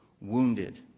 wounded